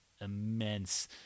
immense